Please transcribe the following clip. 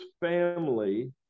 family